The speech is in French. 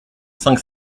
cinq